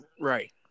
Right